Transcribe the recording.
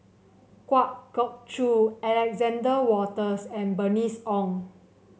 Kwa Geok Choo Alexander Wolters and Bernice Ong